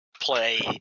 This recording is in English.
play